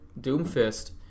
Doomfist